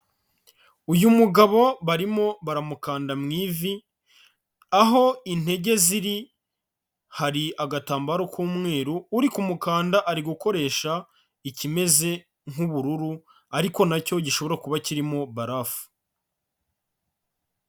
Uyu mugabo barimo baramukanda mu ivi, aho intege ziri hari agatambaro k'umweru, uri ku mukanda ari gukoresha ikimeze nk'ubururu ariko na cyo gishobora kuba kirimo barafu.